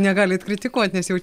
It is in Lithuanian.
negalit kritikuot nes jau